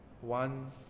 One